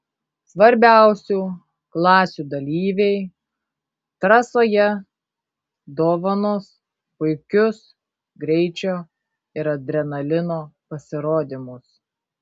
svarbiausių klasių dalyviai trasoje dovanos puikius greičio ir adrenalino pasirodymus